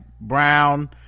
brown